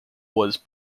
was